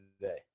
today